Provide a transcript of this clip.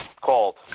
called